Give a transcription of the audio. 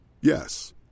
Yes